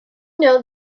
know